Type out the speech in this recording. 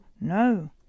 no